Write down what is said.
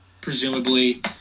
presumably